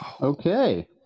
Okay